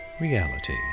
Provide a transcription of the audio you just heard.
reality